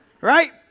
Right